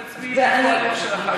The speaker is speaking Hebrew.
בדיוק שאלתי את עצמי איפה הלב של הח"כים.